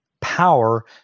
power